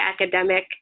academic